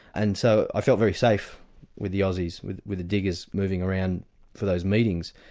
and so i felt very safe with the aussies, with with the diggers moving around for those meetings.